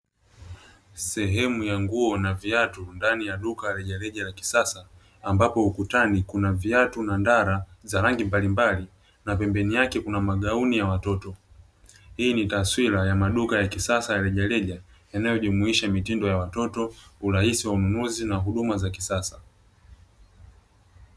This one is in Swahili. Sehemu ya nguo na viatu ndani ya duka rejareja la kisasa ambapo ukutani kuna viatu na ndala za rangi mbalimbali na pembeni yake kuna magauni ya watoto. Hii ni taswira ya maduka ya kisasa ya rejareja yanayojumuisha mitindo ya watoto, urahisi wa manunuzi na huduma za kisasa.